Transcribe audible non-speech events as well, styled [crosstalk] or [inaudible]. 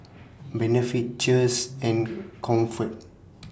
Benefit Cheers and Comfort [noise]